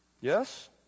Yes